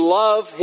love